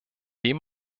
dem